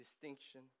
distinction